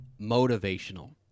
motivational